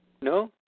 No